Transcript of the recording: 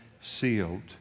sealed